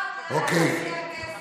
אוקיי, טוב.